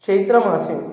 चैत्रमासे